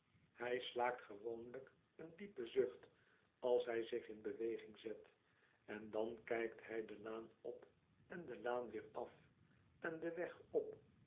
hij slaakt gewoonlijk een diepen zucht als hij zich in beweging zet en dan kijkt hij de laan op en de laan weer af en den weg op